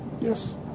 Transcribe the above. Yes